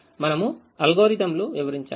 మనము అల్గోరిథంలు వివరించాము